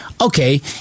okay